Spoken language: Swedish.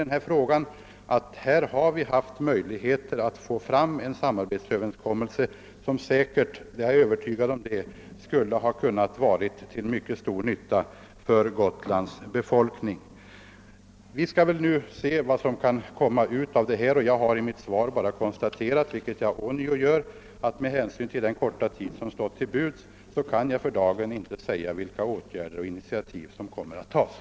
Det har alltså funnits möjligheter att få till stånd en samarbetsöverenskommelse som jag är Övertygad om skulle ha varit till mycket stor nytta för Gotlands befolkning. Vi skall väl nu avvakta vad som kan komma att ske i nuvarande läge. Jag har bara i mitt svar konstaterat, vilket jag nu upprepar, att jag inte med hänsyn till den korta tid som stått mig till buds för dagen kan ange vilka åtgärder och initiativ som kommer att följa.